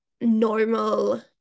normal